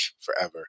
forever